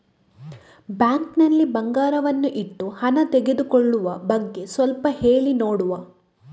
Bank ನಲ್ಲಿ ಬಂಗಾರವನ್ನು ಇಟ್ಟು ಹಣ ತೆಗೆದುಕೊಳ್ಳುವ ಬಗ್ಗೆ ಸ್ವಲ್ಪ ಹೇಳಿ ನೋಡುವ?